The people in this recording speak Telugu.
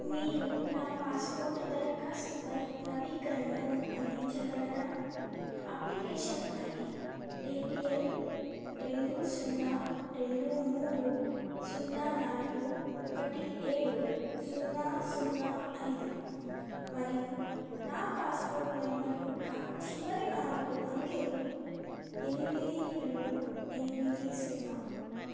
మీరు నా పాస్పోర్ట్ దరఖాస్తుపై నవీకరణను అందించగలరా అప్లికేషన్ ఐడి ఏపిఎల్ రెండు సున్నా రెండు మూడు సున్నా నాలుగు ఒకటి ఏడు సున్నా సున్నా ఐదు మరియు నా పాస్పోర్ట్ నంబర్ యొక్క చివరి నాలుగు అంకెలు ఎనిమిది రెండు ఎనిమిది సున్నా